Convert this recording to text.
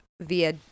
via